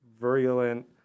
virulent